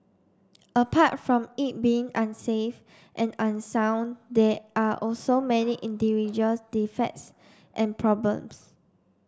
apart from it being unsafe and unsound there are also many individual defects and problems